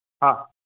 हा